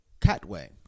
Catway